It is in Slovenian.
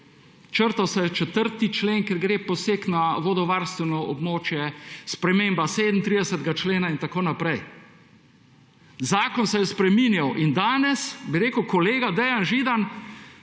Črtal se je 4. člen, ker gre poseg na vodovarstveno območje, sprememba 37. člena in tako naprej. Zakon se je spreminjal in danes, bi rekel kolega Dejan židan,